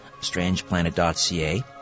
strangeplanet.ca